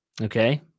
Okay